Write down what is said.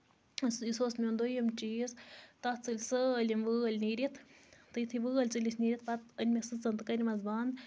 یہِ سُہ اوس میٛون دوٚیم چیٖز تَتھ ژَلۍ سٲلِم وٲلۍ نیٖرِتھ تہٕ یُتھُے وٲلۍ ژٔلِس نیٖرتھ پَتہٕ أنۍ مےٚ سٕژَن تہٕ کٔرۍمَس بَنٛد